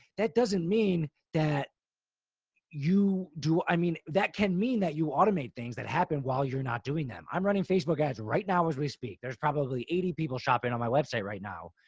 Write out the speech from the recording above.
that doesn't mean that you do. i mean, that can mean that you automate things that happen while you're not doing them. i'm running facebook ads right now. as we speak, there's probably eighty people shopping on my website right now.